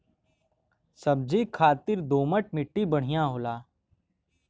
सब्जी खातिर दोमट मट्टी बढ़िया होला